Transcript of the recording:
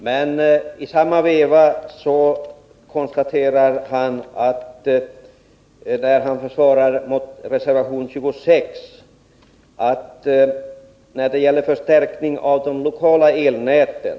Men i samma andetag försvarar han reservation 26, som gäller förstärkning av de lokala elnäten.